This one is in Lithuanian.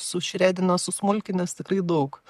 sušredinęs susmulkinęs tikrai daug